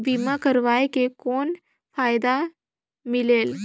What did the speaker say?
बीमा करवाय के कौन फाइदा मिलेल?